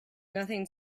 nothing